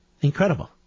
incredible